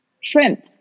shrimp